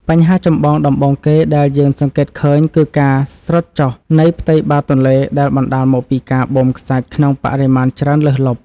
បញ្ហាចម្បងដំបូងគេដែលយើងសង្កេតឃើញគឺការស្រុតចុះនៃផ្ទៃបាតទន្លេដែលបណ្តាលមកពីការបូមខ្សាច់ក្នុងបរិមាណច្រើនលើសលប់។